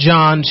John